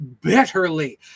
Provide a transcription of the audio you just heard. bitterly